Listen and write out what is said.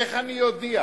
איך אני אודיע?